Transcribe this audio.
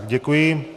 Děkuji.